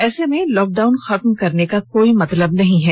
ऐसे में लॉकडाउन खत्म करने का कोई मतलब नहीं है